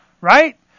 right